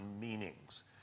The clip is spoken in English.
meanings